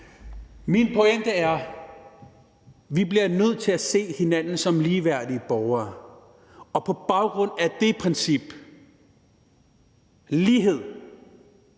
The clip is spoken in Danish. Min pointe er: Vi bliver nødt til at se hinanden som ligeværdige borgere, og på baggrund af det princip – lighed